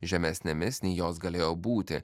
žemesnėmis nei jos galėjo būti